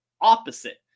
opposite